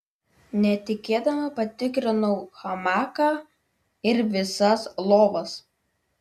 netikėdama patikrinau hamaką ir visas lovas